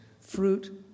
fruit